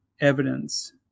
evidence